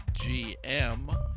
GM